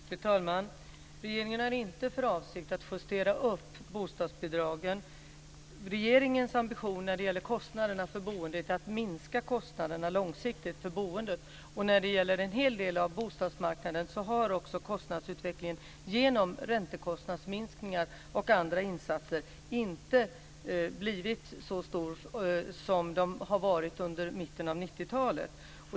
Fru talman! Regeringen har inte för avsikt att justera upp bostadsbidragen. Regeringens ambition när det gäller kostnaderna för boendet är att minska dem långsiktigt. När det gäller en hel del av bostadsmarknaden har kostnadsökningen, i och med räntekostnadsminskningar och andra insatser, inte heller blivit så stor som den har varit under mitten av 90 talet.